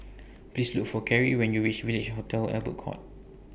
Please Look For Cari when YOU REACH Village Hotel Albert Court